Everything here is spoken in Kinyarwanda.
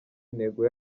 intego